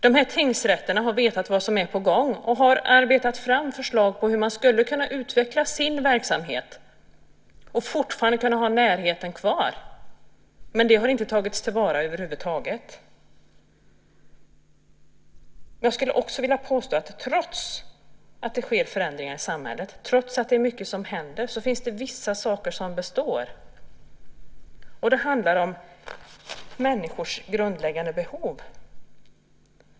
De här tingsrätterna har vetat vad som är på gång och har arbetat fram förslag till hur man skulle kunna utveckla sin verksamhet och fortfarande kunna ha närheten kvar. Men det har inte tagits till vara över huvud taget. Jag skulle också vilja påstå att trots att det sker förändringar i samhället, trots att det är mycket som händer finns det vissa saker som består. Det handlar om människors grundläggande behov.